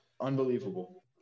unbelievable